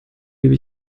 gebe